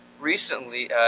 recently